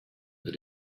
that